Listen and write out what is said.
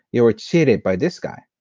you were cheated by this guy.